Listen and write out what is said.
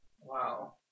Wow